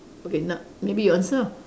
okay now maybe you answer ah